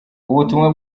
ubutumwa